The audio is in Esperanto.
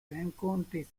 renkontis